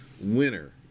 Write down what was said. Winner